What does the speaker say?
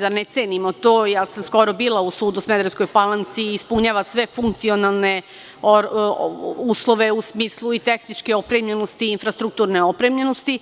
da ne cenimo to, skoro sam bila u sudu u Smederevskoj Palanci i ispunjava sve funkcionalne i tehničke uslove u smislu opremljenosti.